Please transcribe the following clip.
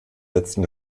letzten